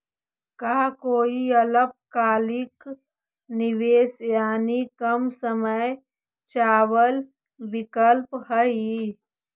का कोई अल्पकालिक निवेश यानी कम समय चावल विकल्प हई?